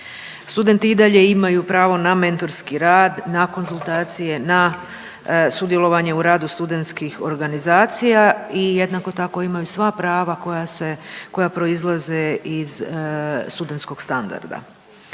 Studenti i dalje imaju pravo na mentorski rad, na konzultacije, na sudjelovanje u radu studentskih organizacija i jednako tko imaju sva prava koja se, koja proizlaze iz studentskog standarda.